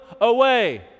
away